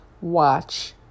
watch